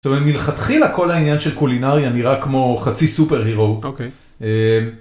מלכתחיל כל העניין של קולינריה נראה כמו חצי super hero.